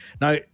Now